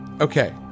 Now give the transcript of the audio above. okay